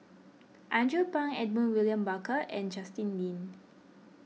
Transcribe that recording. Andrew Phang Edmund William Barker and Justin Lean